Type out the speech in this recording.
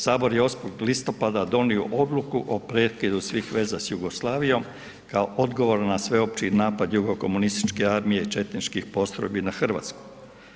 Sabor je 8. listopada donio odluku o prekidu svih veza s Jugoslavijom kao odgovor na sveopći napad jugo komunističke armije i četničkih postrojbi na Hrvatsku.